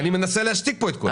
אני מנסה להשתיק פה את כולם.